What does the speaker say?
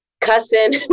cussing